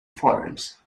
forums